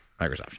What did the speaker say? Microsoft